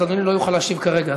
אז אדוני לא יוכל להשיב כרגע.